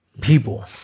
people